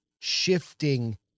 shifting